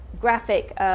graphic